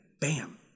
bam